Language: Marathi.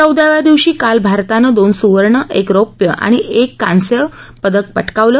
चौदाव्या दिवशी काल भारतानं दोन सुवर्ण एक रौप्य आणि एका कांस्य पदकाची कमाई केली